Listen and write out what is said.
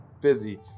busy